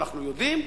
אנחנו יודעים,